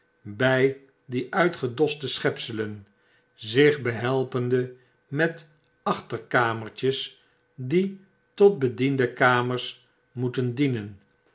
by die uitgedoste schepselen zich behelpende met achterkamertjes die tot bediendenkamers moeten dienen